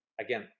again